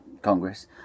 Congress